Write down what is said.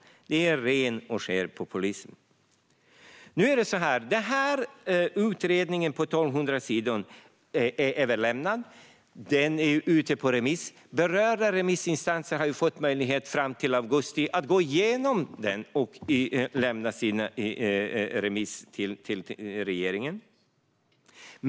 Detta är ren och skär populism. Denna utredning på 1 200 sidor är överlämnad. Den är nu ute på remiss. Berörda remissinstanser har fått möjlighet fram till augusti att gå igenom den och lämna sina svar till regeringen.